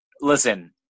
listen